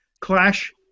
clash